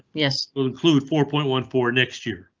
yes, will include four point one four next year.